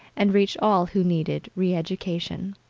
and reach all who needed re-education.